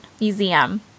museum